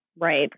right